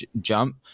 jump